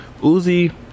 Uzi